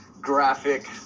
graphic